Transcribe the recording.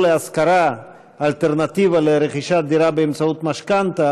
להשכרה אלטרנטיבה לרכישת דירה באמצעות משכנתה,